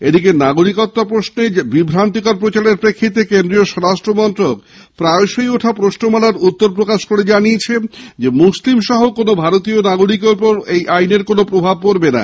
এদিকে নাগরিকত্ব ইস্যতে বিভ্রান্তিকর প্রচারের প্রেক্ষিতে কেন্দ্রীয় স্বরাষ্ট্র মন্ত্রক প্রায়শই ওঠা প্রশ্নমালার জবাব প্রকাশ করে জানিয়েছে মুসলিম সহ কোনো ভারতীয় নাগরিককের ওপর এই আইনের প্রভাব পড়বে না